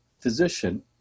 physician